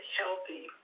healthy